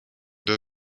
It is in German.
der